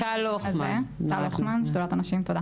זו לא